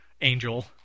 angel